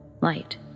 light